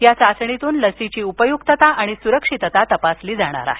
या चाचणीतून लसीची उपयुक्तता आणि सुरक्षितता तपासली जाईल